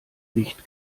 nicht